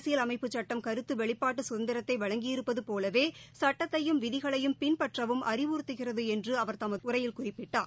அரசியல் அமைப்புச் சுட்டம் கருத்து வெளிப்பாட்டு குதந்திரத்தை வழங்கி இருப்பது போலவே சட்டத்தையும் விதிகளையும் பின்பற்றவும் அறிவுறுத்துகிறது என்று அவர் தமது உரையில் குறிப்பிட்டார்